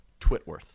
Twitworth